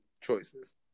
choices